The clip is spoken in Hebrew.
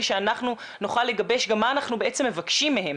שאנחנו נוכל לגבש גם מה אנחנו בעצם מבקשים מהם.